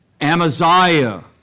Amaziah